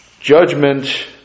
Judgment